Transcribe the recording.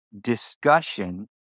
discussion